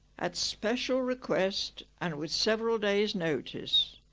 at special request and with several days' notice